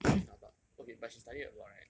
okay lah but okay but she studied a lot right